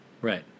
Right